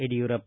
Yediyurappa